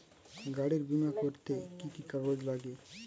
গাড়ীর বিমা করতে কি কি কাগজ লাগে?